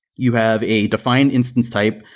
you have a defined instance type.